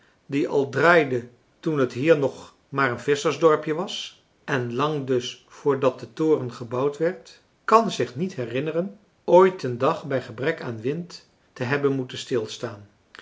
die al draaide toen het hier nog maar een visschersdorpje was en lang dus voordat de toren gebouwd werd kan zich niet herinneren ooit een dag bij gebrek aan wind te hebben moeten stilstaan